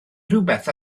rhywbeth